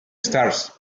stars